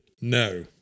No